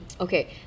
Okay